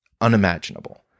unimaginable